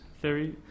theory